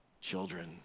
children